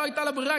לא הייתה לה ברירה,